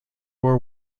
war